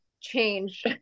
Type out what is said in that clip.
change